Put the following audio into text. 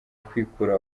kwikura